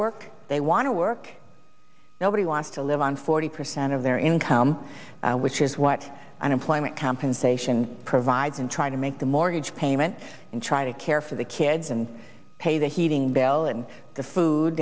i want to work nobody wants to live on forty percent of their income which is what unemployment compensation provides and trying to make the mortgage payment and try to care for the kids and pay the heating bill and the food